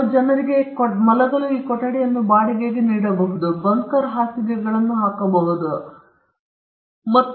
ಕೆಲವು ಜನರು ಮಲಗಲು ನೀವು ಈ ಕೊಠಡಿಯನ್ನು ಬಾಡಿಗೆಗೆ ನೀಡಬಹುದು ನೀವು ಕೆಲವು ಬಂಕರ್ ಹಾಸಿಗೆಗಳನ್ನು ಹೊಂದಬಹುದು ಮತ್ತು ಅದರಲ್ಲಿ ಸ್ವಲ್ಪ ಹಣವನ್ನು ನೀವು ಮಾಡಬಹುದು